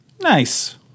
Nice